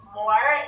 more